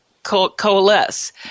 coalesce